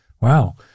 wow